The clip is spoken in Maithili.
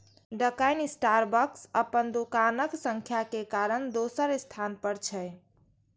डकिन स्टारबक्स अपन दोकानक संख्या के कारण दोसर स्थान पर छै